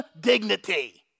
dignity